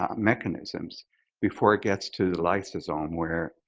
um mechanisms before it gets to the lysosome where